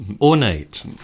ornate